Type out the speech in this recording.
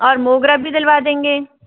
और मोगरा भी दिलवा देंगे